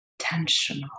tensional